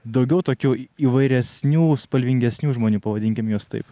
daugiau tokių įvairesnių spalvingesnių žmonių pavadinkim juos taip